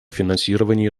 финансировании